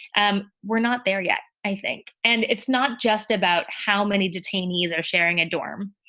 um we're not there yet. i think and it's not just about how many detainees are sharing a dorm.